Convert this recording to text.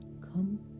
Come